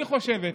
אני חושבת